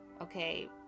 Okay